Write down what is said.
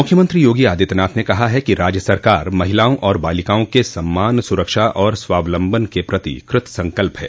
मुख्यमंत्री योगी आदित्यनाथ ने कहा है कि राज्य सरकार महिलाओं और बालिकाओं के सम्मान सुरक्षा और स्वावलंबन के प्रति कृत संकल्प है